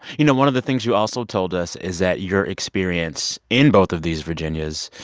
you know, one of the things you also told us is that your experience in both of these virginias